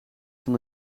van